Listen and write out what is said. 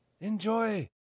Enjoy